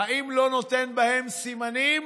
האם זה לא "נותן בהם סימנים"?